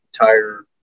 entire